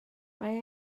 mae